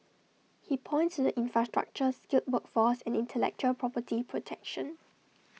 he points to the infrastructure skilled workforce and intellectual property protection